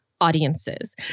audiences